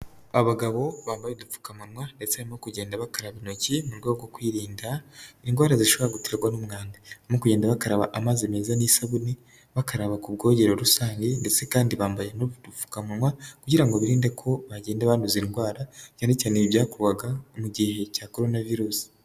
Abagabo bambaye udupfukamunwa ndetse no kugenda bakaraba intoki mu rwego rwo kwirinda indwara zishobora guterwa n'umwanda, no kugenda bakaraba amazi meza n'isabune bakaraba ku bwogero rusange, ndetse kandi bambaye n'udupfukamunwa kugira ngo birinde ko bagenda banduza indwara, cyane cyane ibi byakorwaga mu gihe cya koronavirusi.